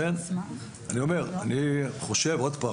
אני אומר שאני חושב שוב,